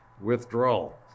withdrawal